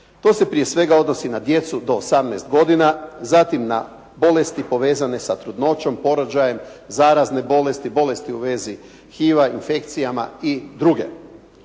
To se prije svega odnosi na djecu do 18. godina, zatim na bolesti povezane sa trudnoćom, porođajem, zarazne bolesti, bolesti u vezi HIV-a, infekcijama i druge.